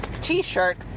t-shirt